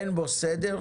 אין בו סדר,